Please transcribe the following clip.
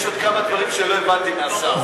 כי יש עוד כמה דברים שלא הבנתי מהשר.